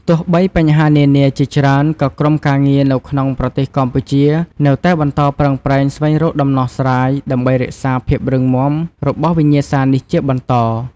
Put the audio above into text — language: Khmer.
ទោះបីបញ្ហានានាជាច្រើន ក៏ក្រុមការងារនៅក្នុងប្រទេសកម្ពុជានៅតែបន្តប្រឹងប្រែងស្វែងរកដំណោះស្រាយ ដើម្បីរក្សាភាពរឹងមាំរបស់វិញ្ញាសានេះជាបន្ត។